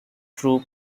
troop